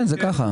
כן, זה ככה.